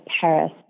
Paris